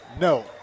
No